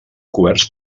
coberts